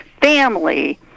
family